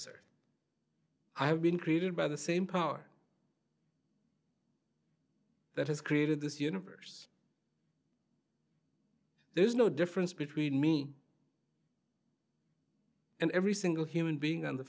sort i have been created by the same power that has created this universe there's no difference between me and every single human being on the